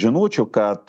žinučių kad